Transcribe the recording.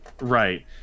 right